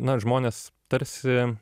na žmonės tarsi